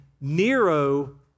Nero